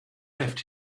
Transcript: left